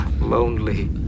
Lonely